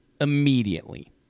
immediately